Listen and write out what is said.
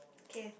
K